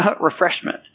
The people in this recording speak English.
refreshment